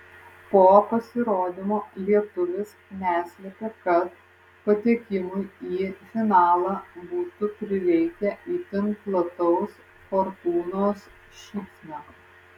po pasirodymo lietuvis neslėpė kad patekimui į finalą būtų prireikę itin plataus fortūnos šypsnio